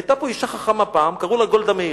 היתה פה אשה חכמה פעם, קראו לה גולדה מאיר.